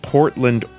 Portland